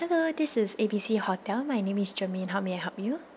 hello this is A B C hotel my name is germaine how may I help you